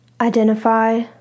Identify